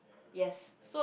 yes